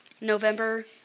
November